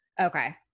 Okay